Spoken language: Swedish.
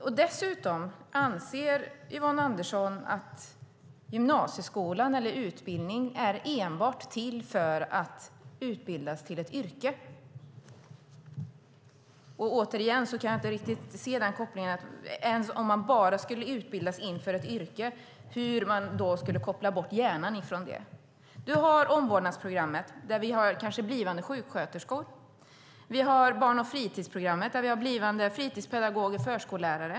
Anser dessutom Yvonne Andersson att gymnasieskolan eller utbildning enbart är till för att människor ska utbildas till ett yrke? Och även om man bara skulle utbildas till ett yrke, hur skulle man då koppla bort hjärnan från det? Jag kan inte riktigt se det. Vi har omvårdnadsprogrammet med kanske blivande sjuksköterskor. Vi har barn och fritidsprogrammet med blivande fritidspedagoger och förskollärare.